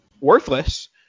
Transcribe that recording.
worthless